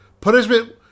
Punishment